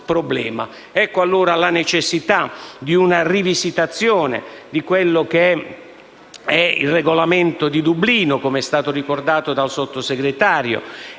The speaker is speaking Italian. Ecco allora la necessità di una rivisitazione del Regolamento di Dublino, come è stato ricordato dal Sottosegretario.